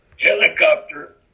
helicopter